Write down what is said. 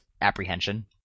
apprehension